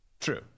True